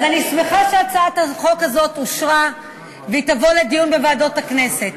אז אני שמחה שהצעת החוק הזאת אושרה והיא תובא לדיון בוועדות הכנסת.